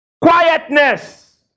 quietness